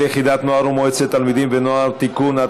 יחידת נוער ומועצת תלמידים ונוער) (תיקון),